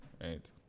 right